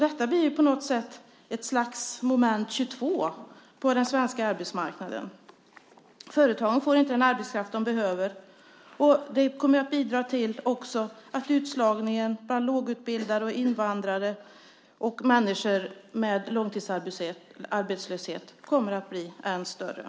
Detta blir ett slags moment 22 på den svenska arbetsmarknaden. Företagen får inte den arbetskraft de behöver, och det kommer att bidra till att utslagningen bland lågutbildade, invandrare och människor med långtidsarbetslöshet blir än större.